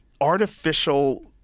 artificial